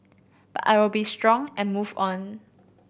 but I will be strong and move on